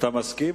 אתה מסכים,